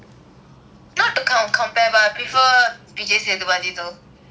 not to kind of to compare but I prefer vijay sethupathi